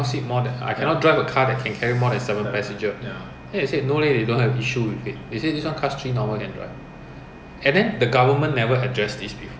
err is like those van lor but there's like eight passenger seat or nine passenger seat [one] so in malaysia very popular they use it as a substitute of alphard